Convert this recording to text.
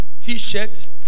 t-shirt